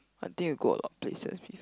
I think you go a lot of places before